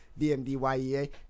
DMDYEA